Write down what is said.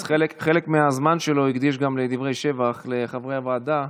אז חלק מהזמן שלו הוא הקדיש גם לדברי שבח לחברי הוועדה,